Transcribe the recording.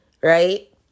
right